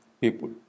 people